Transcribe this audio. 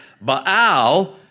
Baal